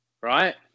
Right